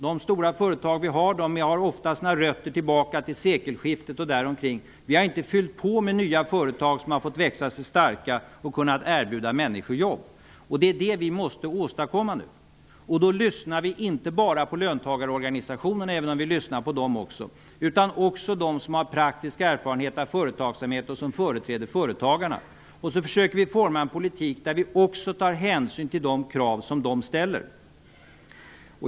De stora företagen har ofta sina rötter tillbaka i sekelskiftet och däromkring. Vi har inte fyllt på med nya företag som har fått växa sig starka och kunnat erbjuda människor jobb. Det är detta vi måste åstadkomma nu. Då lyssnar vi inte bara på löntagarorganisationerna, även om vi lyssnar på dem också, utan på dem som har praktisk erfarenhet av företagsamhet och som företräder företagarna. Sedan försöker vi forma en politik där vi också tar hänsyn till de krav som de ställer.